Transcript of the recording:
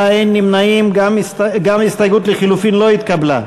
ההסתייגות לחלופין של קבוצת סיעת יהדות התורה לסעיף 7 לא נתקבלה.